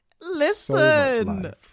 Listen